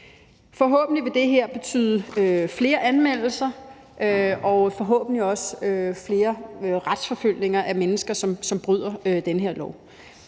Forhåbentlig vil det her betyde flere anmeldelser og forhåbentlig også flere retsforfølgninger af mennesker, som bryder den her lov.